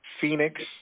Phoenix